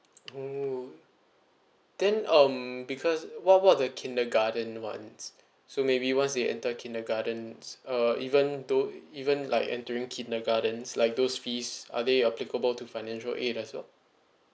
oh then um because what about the kindergarten ones so maybe once they enter kindergartens uh even though even like entering kindergartens like those fees are they applicable to financial aid as well